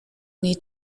need